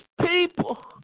people